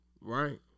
Right